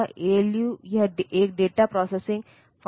तो और यह INR A का मेनीमनॉनिक है